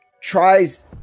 tries